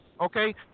Okay